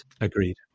Agreed